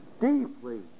deeply